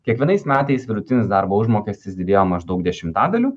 kiekvienais metais vidutinis darbo užmokestis didėjo maždaug dešimtadaliu